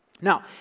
now